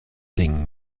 dingen